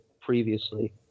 previously –